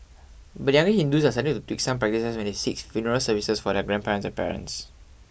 but younger Hindus are starting to tweak some practices when they seek funeral services for their grandparents and parents